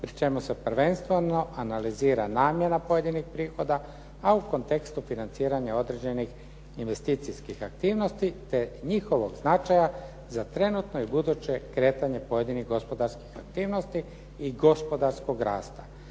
pri čemu se prvenstveno analizira namjena pojedinih prihoda a u kontekstu financiranja određenih investicijskih aktivnosti te njihovog značaja za trenutno i buduće kretanje pojedinih gospodarskih aktivnosti i gospodarskog rasta.